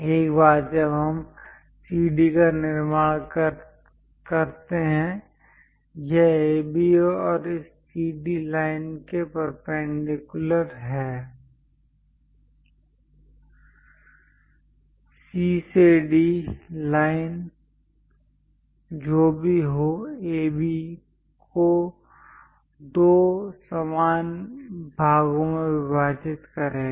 एक बार जब हम CD का निर्माण करते हैं यह AB और इस CD लाइन के परपेंडिकुलर लाइन है C से D लाइन जो भी हो AB को दो समान भागों में विभाजित करेगा